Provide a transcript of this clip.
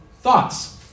Thoughts